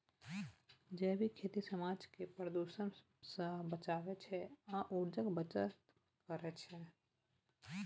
जैबिक खेती समाज केँ प्रदुषण सँ बचाबै छै आ उर्जाक बचत करय छै